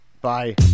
Bye